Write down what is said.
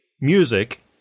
music